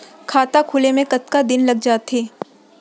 खाता खुले में कतका दिन लग जथे?